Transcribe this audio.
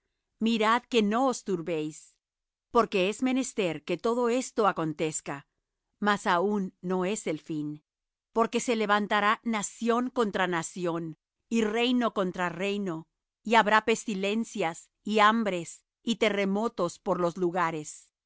mirad que no os turbéis porque es menester que todo esto acontezca mas aún no es el fin porque se levantará nación contra nación y reino contra reino y habrá pestilencias y hambres y terremotos por los lugares y